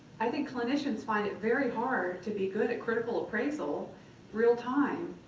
i think clinicians find it very hard to be good at critical appraisal real time.